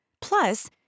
Plus